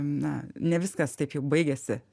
na ne viskas taip jau baigiasi